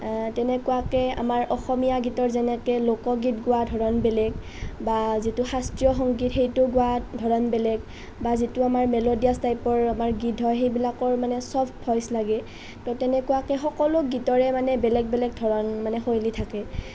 তেনেকুৱাকৈ আমাৰ অসমীয়া গীতৰ যেনেকৈ লোকগীত গোৱাৰ ধৰণ বেলেগ বা যিটো শাস্ত্ৰীয় সংগীত সেইটো গোৱাৰ ধৰণ বেলেগ বা যিটো আমাৰ মেলোডিয়াজ টাইপৰ আমাৰ গীত হয় সেইবিলাকৰ মানে চফ্ট ভইচ লাগে তো তেনেকুৱাকৈ সকলো গীতৰে মানে বেলেগ বেলেগ ধৰণ মানে শৈলী থাকে